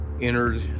entered